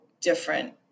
different